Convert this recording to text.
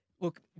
Look